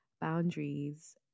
boundaries